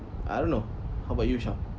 I don't know how about you sham